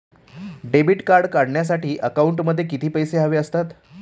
Debit card काढण्यासाठी अकाउंटमध्ये किती पैसे हवे असतात?